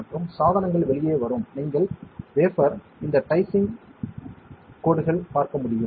மற்றும் சாதனங்கள் வெளியே வரும் நீங்கள் வேஃபர் இந்த டைஸ் டைசிங் கோடுகள் பார்க்க முடியும்